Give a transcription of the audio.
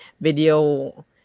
video